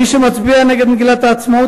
מי שמצביע נגד מגילת העצמאות,